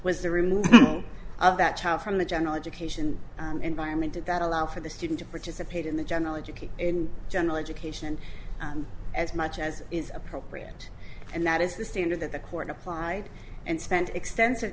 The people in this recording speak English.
was the remove of that child from the general education environment at that allow for the student to participate in the general education in general education as much as is appropriate and that is the standard that the court applied and spent extensive